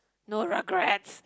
no regrets